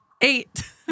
Eight